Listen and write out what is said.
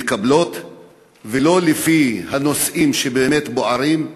ולא לפי הנושאים שבאמת בוערים.